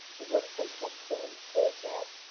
the workplace flexibility toolkit,